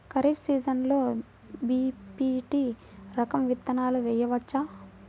ఖరీఫ్ సీజన్లో బి.పీ.టీ రకం విత్తనాలు వేయవచ్చా?